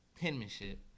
penmanship